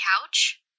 couch